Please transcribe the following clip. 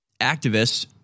activists